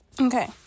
okay